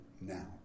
now